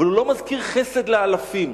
והוא לא מזכיר "חסד לאלפים".